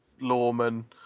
lawman